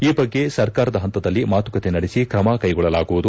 ಈ ಬಗ್ಗೆ ಸರ್ಕಾರದ ಹಂತದಲ್ಲಿ ಜೊತೆ ಮಾತುಕತೆ ನಡೆಸಿ ಕ್ರಮ ಕೈಗೊಳ್ಳಲಾಗುವುದು